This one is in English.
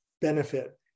benefit